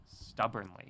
stubbornly